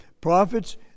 prophets